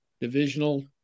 divisional